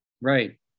Right